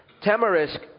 tamarisk